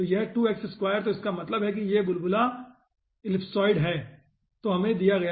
तो तो इसका मतलब है कि यह बुलबुला इलिप्सॉइड है जो हमे दिया गया है